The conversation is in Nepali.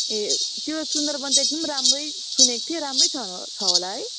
ए त्यो सुन्दर वन त एकदम राम्रै सुनेको थिएँ राम्रै छ छ होला है